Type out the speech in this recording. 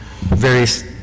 various